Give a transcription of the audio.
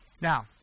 Now